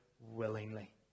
willingly